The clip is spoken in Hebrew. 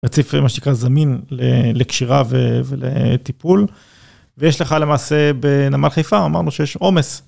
רציף מה שנקרא זמין לקשירה ולטיפול, ויש לך למעשה בנמל חיפה, אמרנו שיש עומס.